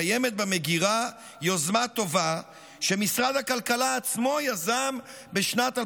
קיימת במגירה יוזמה טובה שמשרד הכלכלה עצמו יזם בשנת 2015,